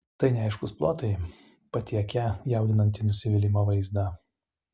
tai neaiškūs plotai patiekią jaudinantį nusivylimo vaizdą